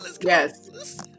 Yes